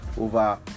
over